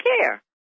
care